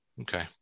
Okay